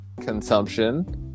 consumption